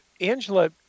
Angela